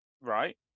Right